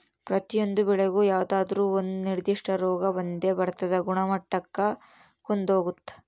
ಪ್ರತಿಯೊಂದು ಬೆಳೆಗೂ ಯಾವುದಾದ್ರೂ ಒಂದು ನಿರ್ಧಿಷ್ಟ ರೋಗ ಬಂದೇ ಬರ್ತದ ಗುಣಮಟ್ಟಕ್ಕ ಕುಂದಾಗುತ್ತ